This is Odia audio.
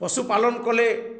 ପଶୁପାଲନ କଲେ